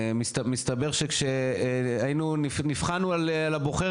מסתבר כשנבחנו על הבוחר,